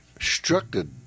structured